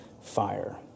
fire